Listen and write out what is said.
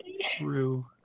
True